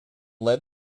led